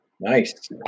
Nice